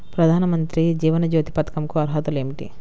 ప్రధాన మంత్రి జీవన జ్యోతి పథకంకు అర్హతలు ఏమిటి?